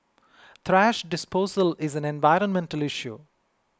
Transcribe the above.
thrash disposal is an environmental issue